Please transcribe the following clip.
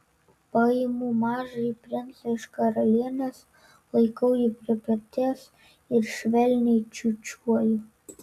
paimu mažąjį princą iš karalienės laikau jį prie peties ir švelniai čiūčiuoju